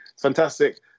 Fantastic